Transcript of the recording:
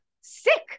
sick